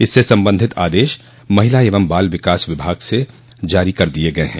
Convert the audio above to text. इससे सम्बन्धित आदेश महिला एवं बाल विकास विभाग से जारी कर दिये गये हैं